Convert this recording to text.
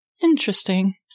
Interesting